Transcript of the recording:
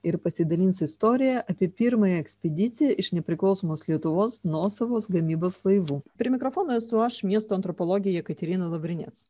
ir pasidalins istorija apie pirmąją ekspediciją iš nepriklausomos lietuvos nuosavos gamybos laivų prie mikrofono esu aš miesto antropologė jekaterina lavrinec